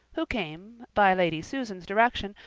who came, by lady susan's direction,